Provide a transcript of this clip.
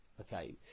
okay